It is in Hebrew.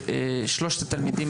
ששלושת התלמידים,